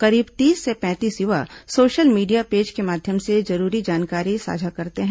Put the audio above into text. करीब तीस से पैंतीस युवा सोशल मीडिया पेज के माध्यम से जरूरी जानकारी साझा करते हैं